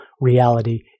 reality